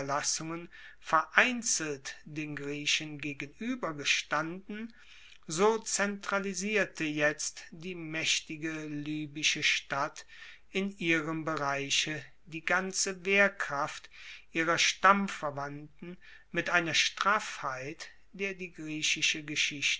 vereinzelt den griechen gegenuebergestanden so zentralisierte jetzt die maechtige libysche stadt in ihrem bereiche die ganze wehrkraft ihrer stammverwandten mit einer straffheit der die griechische geschichte